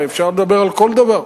הרי אפשר לדבר על כל דבר.